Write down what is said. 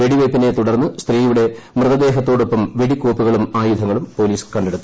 വെടിവെയ്പിനെ തുടർന്ന് സ്ത്രീയുടെ മൃതദ്ദേഹ്ത്തോടൊപ്പം വെടിക്കോപ്പുകളും ആയുധങ്ങളും പൊലീസ്റ് കണ്ടെത്തി